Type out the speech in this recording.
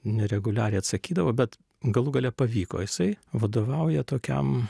nereguliariai atsakydavo bet galų gale pavyko jisai vadovauja tokiam